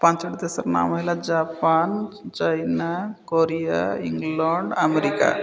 ପାଞ୍ଚଟି ଦେଶର ନାମ ହେଲା Japan China Korea England America